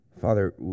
Father